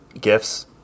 gifts